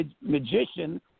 magician